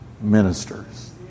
ministers